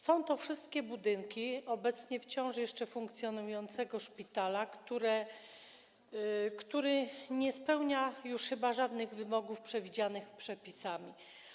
Są to wszystkie budynki obecnie wciąż jeszcze funkcjonującego szpitala, który nie spełnia już chyba żadnych wymogów przewidzianych przepisami.